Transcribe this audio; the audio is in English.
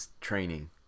training